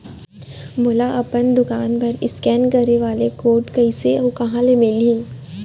मोला अपन दुकान बर इसकेन करे वाले कोड कइसे अऊ कहाँ ले मिलही?